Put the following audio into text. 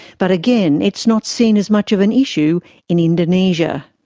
but again, it's not seen as much of an issue in indonesia.